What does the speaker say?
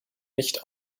nicht